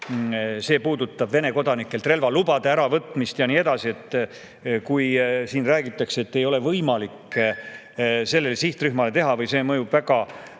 see puudutab Vene kodanikelt relvalubade äravõtmist ja nii edasi. Kui siin räägitakse, et seda ei ole võimalik sellele sihtrühmale teha või see mõjub väga